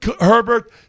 Herbert